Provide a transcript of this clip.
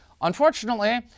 Unfortunately